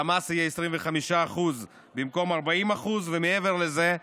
והמס יהיה 25% במקום 40%. מעבר לזה,